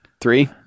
Three